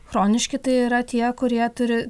chroniški tai yra tie kurie turi